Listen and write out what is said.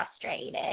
frustrated